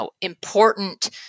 important